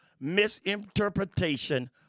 misinterpretation